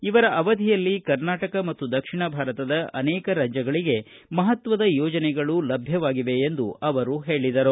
ಇವರ ಅವಧಿಯಲ್ಲಿ ಕರ್ನಾಟಕ ಮತ್ತು ದಕ್ಷಿಣ ಭಾರತದ ಅನೇಕ ರಾಜ್ಯಗಳಿಗೆ ಮಹತ್ವದ ಯೋಜನೆಗಳು ಅನುಷ್ಠಾನವಾಗಿವೆ ಎಂದು ಅವರು ಹೇಳಿದರು